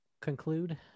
conclude